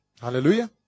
Hallelujah